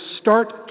start